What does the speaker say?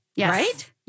right